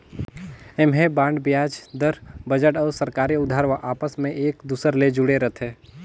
ऐम्हें बांड बियाज दर, बजट अउ सरकारी उधार आपस मे एक दूसर ले जुड़े रथे